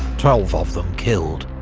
twelve of them killed.